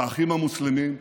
באחים המוסלמים.